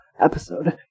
episode